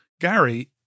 Gary